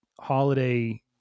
Holiday